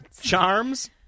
Charms